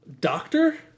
Doctor